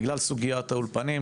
בגלל סוגיית האולפנים,